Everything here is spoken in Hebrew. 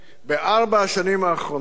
בארבע השנים האחרונות